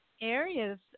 areas